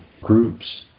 groups